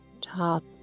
Top